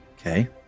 Okay